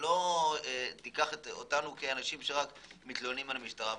ואל תיקח אותנו כאנשים שרק מתלוננים על המשטרה.